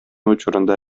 учурунда